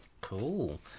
Cool